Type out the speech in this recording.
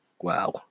Wow